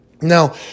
now